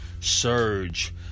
surge